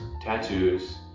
tattoos